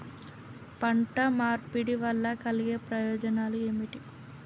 పంట మార్పిడి వల్ల కలిగే ప్రయోజనాలు ఏమిటి?